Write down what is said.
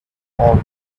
had